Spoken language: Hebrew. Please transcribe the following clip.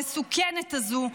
המסוכנת הזו,